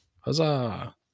Huzzah